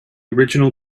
original